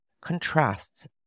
contrasts